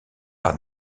par